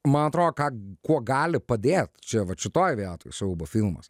man atrodo ką kuo gali padėt čia vat šitoj vietoj siaubo filmas